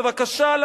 בבקשה.